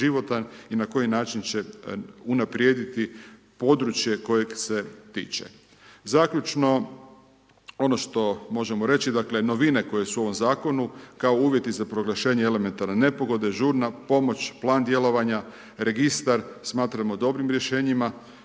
i na koji način će unaprijediti područje kojeg se tiče. Zaključno, ono što možemo reći, dakle novine koje su u ovom zakonu, kao uvjeti za proglašenje elementarne nepogode, žurna pomoć, plan djelovanja, registar, smatramo dobrim rješenjima.